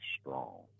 strong